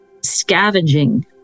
scavenging